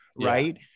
Right